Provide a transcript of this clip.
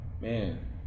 man